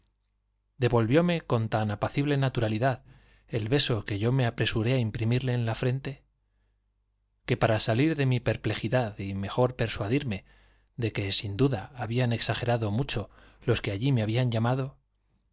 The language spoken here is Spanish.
devolvióme con tan apacible beso que yo me apresuré á imprimirle en la frente salir de mi perplejidad y mejor persuadirme que para allí de que sin duda habían exagerado mucho los que mío me habían llamado